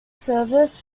service